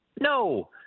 No